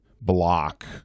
block